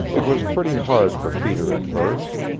it was pretty hard for peter at first,